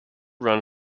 run